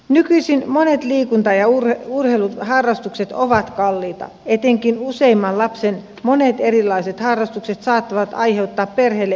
nykyisin monet liikunta ja urheiluharrastukset ovat kalliita etenkin useamman lapsen monet erilaiset harrastukset saattavat aiheuttaa perheelle ylivoimaisia kuluja